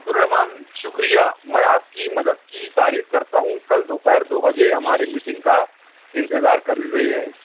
عبد الرحمٰن شکریہ میں آپ کی مدد کی تعریف کرتا ہوں کل دوپہر دو بجے ہماری میٹنگ کا انتظار کر رہے ہیں